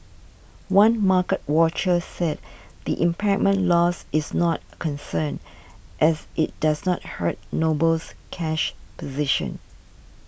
one market watcher said the impairment loss is not a concern as it does not hurt Noble's cash position